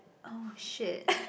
oh shit